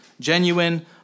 genuine